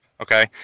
okay